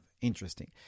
interesting